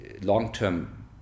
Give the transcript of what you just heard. long-term